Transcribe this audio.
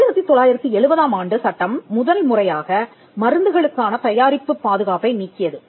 1970 ஆம் ஆண்டு சட்டம் முதல் முறையாக மருந்துகளுக்கான தயாரிப்பு பாதுகாப்பை நீக்கியது